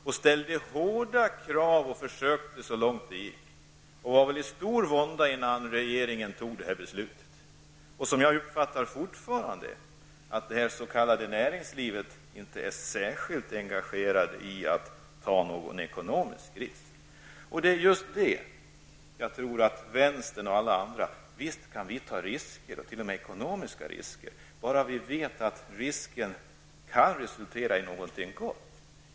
De ställde hårda krav och befann sig i stor vånda innan beslutet fattades. Jag uppfattar fortfarande att näringslivet inte är särskilt intresserat av att ta någon ekonomisk risk. Visst kan vi ta risker -- även ekonomiska -- men då anser vi i vänsterpartiet att det skall kunna leda till något gott.